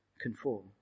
conform